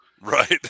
Right